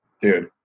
dude